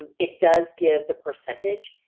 and it does give the percentage.